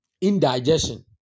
indigestion